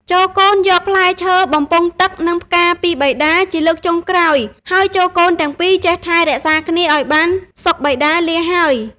ចូរកូនយកផ្លែឈើ បំពង់ទឹក និងផ្កាពីបិតាជាលើកចុងក្រោយ ហើយចូរកូនទាំងពីរចេះថែរក្សាគ្នាឱ្យបានសុខបិតាលាហើយ។។